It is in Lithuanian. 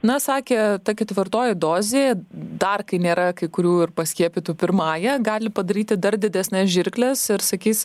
na sakė ta ketvirtoji dozė dar kai nėra kai kurių ir paskiepytų pirmąja gali padaryti dar didesnes žirkles ir sakys